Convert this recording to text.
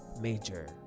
Major